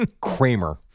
Kramer